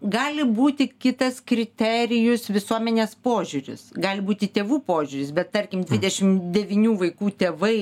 gali būti kitas kriterijus visuomenės požiūris gali būti tėvų požiūris bet tarkim dvidešimt devynių vaikų tėvai